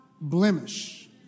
blemish